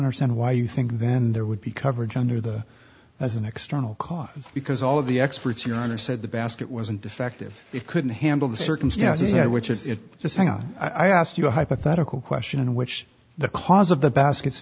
understand why you think then there would be coverage under the as an external cause because all of the experts your honor said the basket wasn't defective it couldn't handle the circumstances which as you just hang on i asked you a hypothetical question in which the cause of the baskets